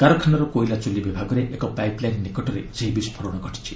କାରଖାନାର କୋଇଲା ଚୁଲି ବିଭାଗରେ ଏକ ପାଇପ୍ ଲାଇନ୍ ନିକଟରେ ସେହି ବିସ୍ଫୋରଣ ଘଟିଛି